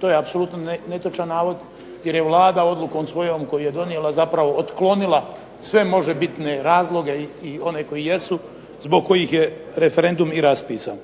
To je apsolutno netočan navod jer je Vlada odlukom svojom koju je donijela zapravo otklonila sve možebitne razloge i one koji jesu zbog kojih je referendum i raspisan.